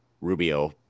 rubio